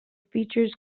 features